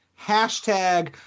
hashtag